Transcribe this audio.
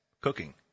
cooking